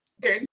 good